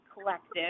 Collective